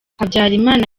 habyarimana